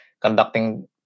conducting